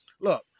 Look